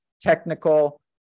technical